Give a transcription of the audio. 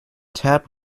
tap